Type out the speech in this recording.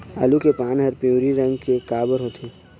आलू के पान हर पिवरी रंग के काबर होथे?